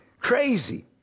crazy